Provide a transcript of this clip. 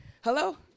Hello